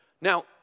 Now